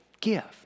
gift